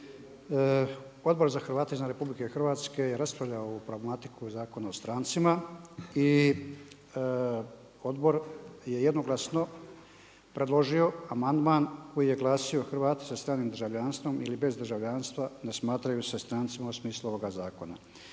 Odbor za Hrvate izvan RH je raspravljao ovu pragmatiku Zakona o strancima i odbor je jednoglasno predložio amandman koji je glasio hrvati sa stranim državljanstvom ili bez državljanstva ne smatraju se strancima u smislu ovoga zakona.